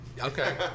Okay